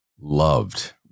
loved